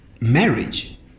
marriage